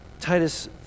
Titus